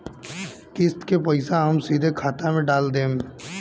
किस्त के पईसा हम सीधे खाता में डाल देम?